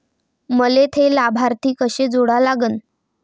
मले थे लाभार्थी कसे जोडा लागन?